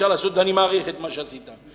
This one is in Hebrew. ואני מעריך את מה שעשית.